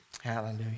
Hallelujah